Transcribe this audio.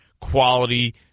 quality